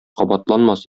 кабатланмас